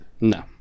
No